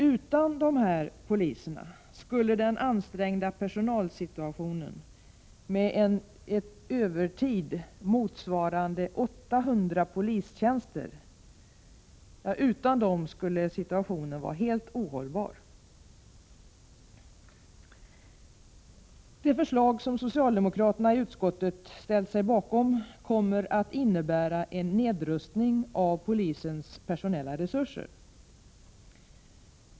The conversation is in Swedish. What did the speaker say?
Utan dessa poliser skulle den ansträngda personalsituationen med övertid motsvarande 800 polistjänster vara helt ohållbar. Det förslag som socialdemokraterna i utskottet ställt sig bakom kommer att innebära en nedrustning när det gäller polisens personella resurser.